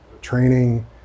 training